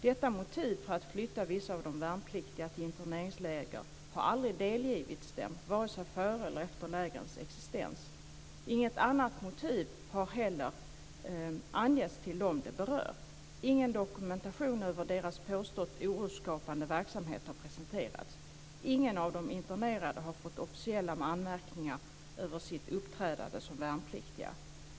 Detta motiv för att flytta vissa av de värnpliktiga till interneringsläger har aldrig delgivits dem, varken före eller efter lägrens existens. Inget annat motiv har heller angetts till dem det berör. Ingen dokumentation över deras påstått orosskapande verksamhet har presenterats. Ingen av de internerade har fått officiella anmärkningar över sitt uppträdande som värnpliktiga.